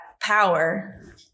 power